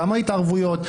כמה התערבויות,